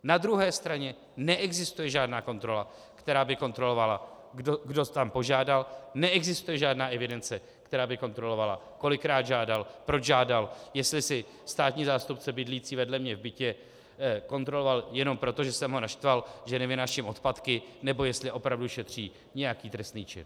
Na druhé straně neexistuje žádná kontrola, která by kontrolovala, kdo tam požádá, neexistuje žádná evidence, která by kontrolovala, kolikrát žádal, proč žádal, jestli si státní zástupce bydlící vedle mě v bytě kontroloval jenom proto, že jsem ho naštval, že nevynáším odpadky, nebo jestli opravdu šetří nějaký trestný čin.